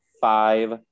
five